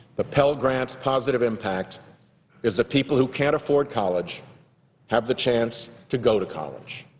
the pell grant's positive impact is the people who can't afford college have the chance to go to college.